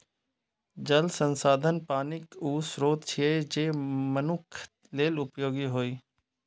जल संसाधन पानिक ऊ स्रोत छियै, जे मनुक्ख लेल उपयोगी होइ